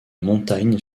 montagne